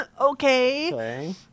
okay